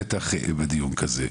שלדעתי,